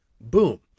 boom